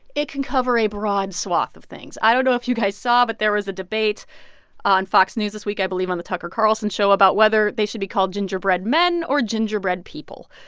it can cover a broad swath of things i don't know if you guys saw, but there was a debate on fox news this week, i believe on the tucker carlson show, about whether they should be called gingerbread men or gingerbread people.